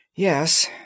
Yes